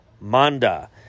Manda